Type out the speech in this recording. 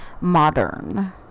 modern